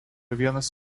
vienas